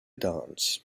dance